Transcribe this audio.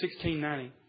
1690